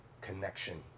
connection